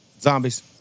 Zombies